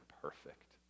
perfect